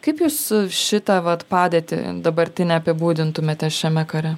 kaip jūs šitą vat padėtį dabartinę apibūdintumėte šiame kare